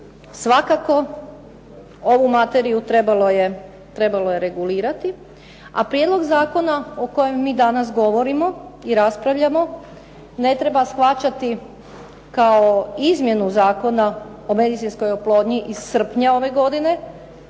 svakako ovu materiju trebalo je regulirati, a prijedlog zakona o kojem mi danas govorimo i raspravljamo ne treba shvaćati kao izmjenu Zakona o medicinskoj oplodnji iz srpnja ove godine